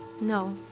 No